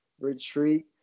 retreat